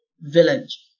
village